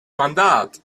mandat